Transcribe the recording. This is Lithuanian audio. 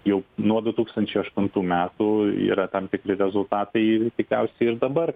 jau nuo du tūkstančiai aštuntų metų yra tam tikri rezultatai tikriausiai ir dabar